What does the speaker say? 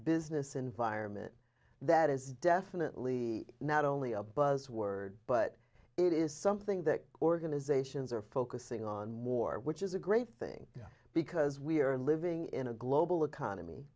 business environment that is definitely not only a buzz word but it is something that organizations are focusing on more which is a great thing because we are living in a global economy